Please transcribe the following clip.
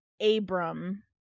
Abram